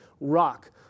rock